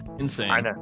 insane